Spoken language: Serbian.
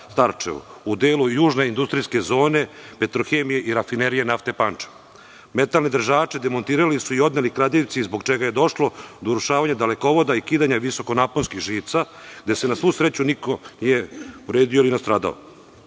u delu južne industrijske zone, „Petrohemije“ i Rafinerije nafte Pančevo. Metalne držače demontirali su i odneli kradljivci, zbog čega je došlo do urušavanja dalekovoda i kidanja visokonaponskih žica, gde se na svu sreću niko nije povredio ili nastradao. Avgusta